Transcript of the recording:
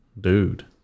dude